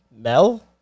Mel